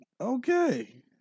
Okay